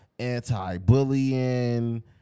anti-bullying